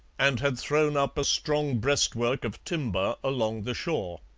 and had thrown up a strong breastwork of timber along the shore.